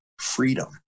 freedom